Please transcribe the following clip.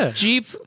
Jeep